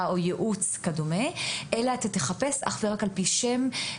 ייעוץ, וכדומה, אלא תחפש רק על פי שם.